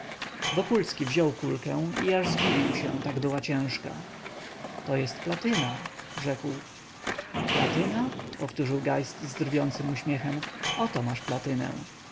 wokulski wziął kulkę i aż zdziwił się tak była ciężka to jest platyna rzekł platyna powtórzył geist z drwiącym uśmiechem oto masz platynę